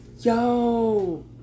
Yo